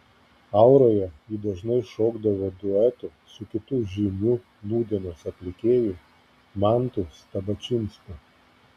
auroje ji dažnai šokdavo duetu su kitu žymiu nūdienos atlikėju mantu stabačinsku